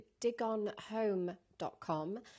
digonhome.com